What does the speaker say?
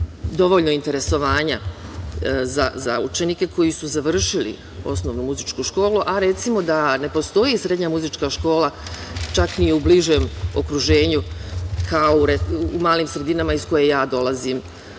dovoljno interesovanja za učenike koji su završili osnovnu muzičku školu, a recimo da ne postoji srednja muzička škola čak ni u bližem okruženju kao u malim sredinama iz koje ja dolazim,